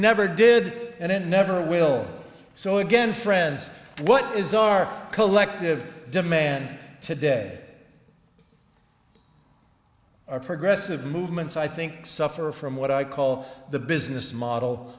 never did and it never will so again friends what is our collective demand today our progressive movements i think suffer from what i call the business model